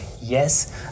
yes